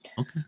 okay